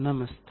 నమస్తే